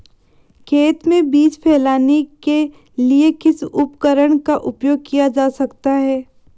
खेत में बीज फैलाने के लिए किस उपकरण का उपयोग किया जा सकता है?